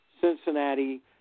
Cincinnati